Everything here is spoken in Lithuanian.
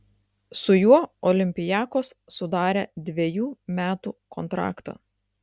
su juo olympiakos sudarė dvejų metų kontraktą